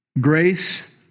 Grace